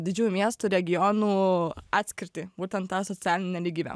didžiųjų miestų regionų atskirtį būtent tą socialinę nelygybę